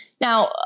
Now